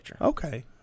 okay